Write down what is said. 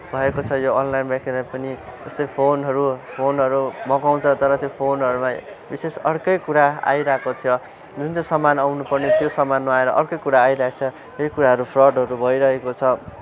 भएको छ यो अनलाइन पनि जस्तै फोनहरू फोनहरू मगाउँछ तर त्यो फोनहरूमा विशेष अर्कै कुरा आइरहेको थियो जुन चाहिँ सामान आउनु पर्ने त्यो नआएर अर्कै कुरा आइरहेको छ त्यही कुराहरू फ्रडहरू भइरहेको छ